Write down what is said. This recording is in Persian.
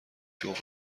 شغل